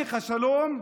בתהליך השלום,